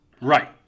Right